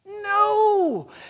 No